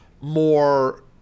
more